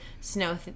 Snow